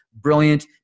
Brilliant